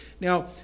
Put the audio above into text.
Now